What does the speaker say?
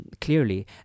clearly